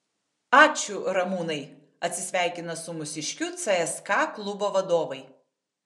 ačiū ramūnai atsisveikina su mūsiškiu cska klubo vadovai